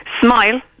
Smile